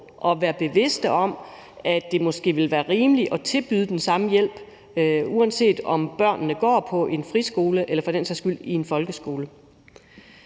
at være bevidste om, at det måske ville være rimeligt at tilbyde den samme hjælp, uanset om børnene går på en friskole eller for den sags skyld i en folkeskole.